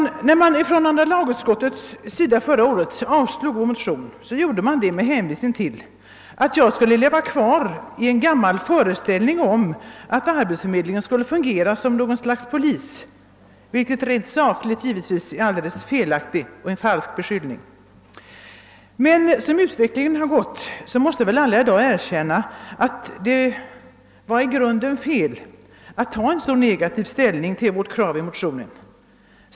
När andra lagutskottet förra året avstyrkte vår motion gjorde man det med hänvisning till att jag levde kvar i en gammal föreställning om att arbetsförmedlingen skulle fungera som något slags polis, vilket rent sakligt givetvis är helt felaktigt och en falsk beskyllning. Som utvecklingen nu har gått måste väl alla i dag erkänna att det var fel att inta en så negativ ställning till vårt motionskrav.